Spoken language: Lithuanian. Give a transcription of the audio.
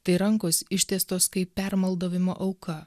tai rankos ištiestos kaip permaldavimo auka